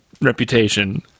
reputation